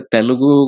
Telugu